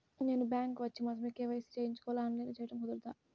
నేను బ్యాంక్ వచ్చి మాత్రమే కే.వై.సి చేయించుకోవాలా? ఆన్లైన్లో చేయటం కుదరదా?